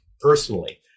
personally